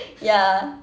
ya